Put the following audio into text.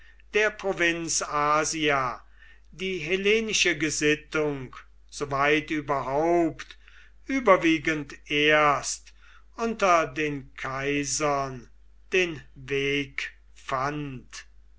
der provinz asia die hellenische gesittung soweit überhaupt überwiegend erst unter den kaisern den weg fand